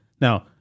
Now